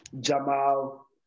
Jamal